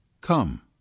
come